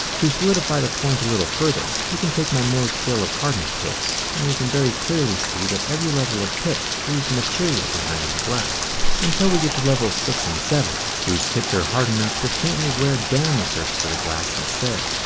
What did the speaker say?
to solidify the point a little further, we can take my mohs scale of hardness picks and we can very clearly see that every level of pick leaves material behind on the glass until we get to level six and seven whose tips are hard enough to finally wear down the surface of the glass instead.